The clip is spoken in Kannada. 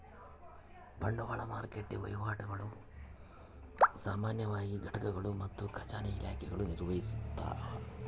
ಬಂಡವಾಳ ಮಾರುಕಟ್ಟೆ ವಹಿವಾಟುಗುಳ್ನ ಸಾಮಾನ್ಯವಾಗಿ ಘಟಕಗಳು ಮತ್ತು ಖಜಾನೆ ಇಲಾಖೆಗಳು ನಿರ್ವಹಿಸ್ತವ